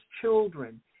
children